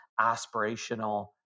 aspirational